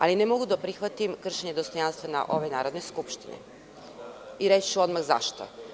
Ali, ne mogu da prihvatim kršenje dostojanstva ove Narodne skupštine, i reći ću odmah zašto.